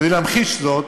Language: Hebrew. כדי להמחיש זאת